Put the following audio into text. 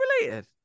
related